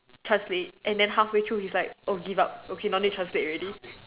translate and then half way through he's like oh give up okay don't need translate already